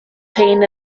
payne